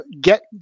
get